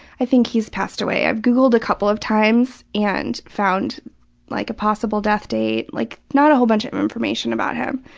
i think he's passed away. i've googled a couple of times and found like possible death date. like not a whole bunch of information about him.